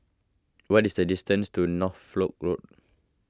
what is the distance to Norfolk Road